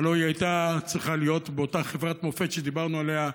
הלוא היא הייתה צריכה להיות באותה חברת מופת שדיברנו עליה,